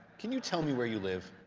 can you tell me where you live?